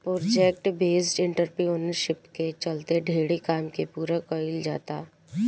project based entrepreneurship के चलते ढेरे काम के पूरा कईल जाता